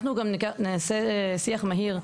אנחנו נעשה שיח מהיר,